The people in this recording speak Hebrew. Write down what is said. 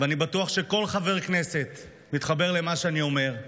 ואני בטוח שכל חבר כנסת מתחבר למה שאני אומר,